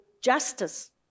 justice